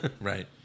Right